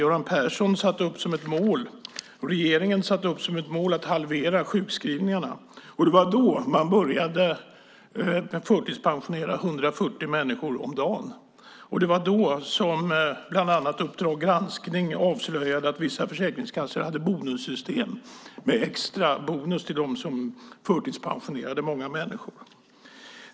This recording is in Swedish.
Göran Persson och hans regering satte upp som ett mål att halvera sjukskrivningarna. Det var då man började förtidspensionera 140 människor om dagen. Det var då som bland annat Uppdrag granskning avslöjade att vissa försäkringskassor hade bonussystem med extra pengar till dem som förtidspensionerade många människor.